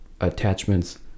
attachments